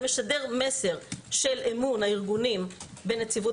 זה משדר מסר של אמון הארגונים בנציבות